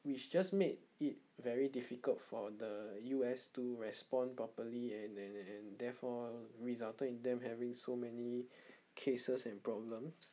which just made it very difficult for the U_S to respond properly and and and therefore resulted in them having so many cases and problems